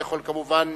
יכול כמובן,